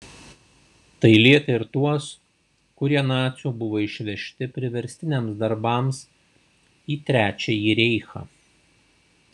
tai lietė ir tuos kurie nacių buvo išvežti priverstiniams darbams į trečiąjį reichą